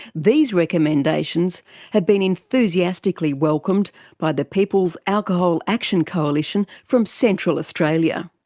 these recommendations had been enthusiastically welcomed by the peoples alcohol action coalition from central australia.